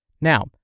Now